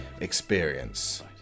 experience